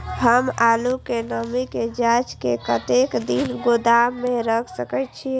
हम आलू के नमी के जाँच के कतेक दिन गोदाम में रख सके छीए?